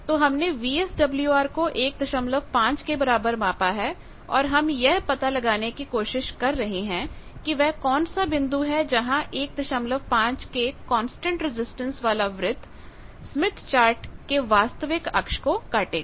तो हमने वीएसडब्ल्यूआर को 15 के बराबर मापा है और हम यह पता लगाने की कोशिश कर रही हैं कि वह कौन सा बिंदु है जहां 15 के कांस्टेंट रजिस्टेंस वाला वृत्त स्मिथ चार्ट के वास्तविक अक्ष को काटेगा